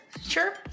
Sure